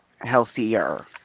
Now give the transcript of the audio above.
healthier